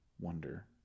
Wonder